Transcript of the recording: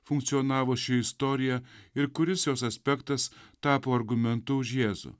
funkcionavo ši istorija ir kuris jos aspektas tapo argumentu už jėzų